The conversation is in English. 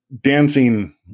dancing